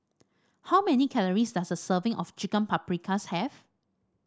how many calories does a serving of Chicken Paprikas have